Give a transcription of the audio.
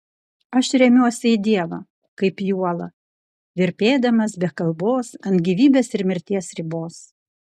aš remiuosi į dievą kaip į uolą virpėdamas be kalbos ant gyvybės ir mirties ribos